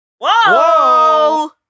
Whoa